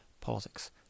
Politics